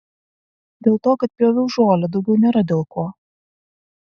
dėl to kad pjoviau žolę daugiau nėra dėl ko